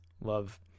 love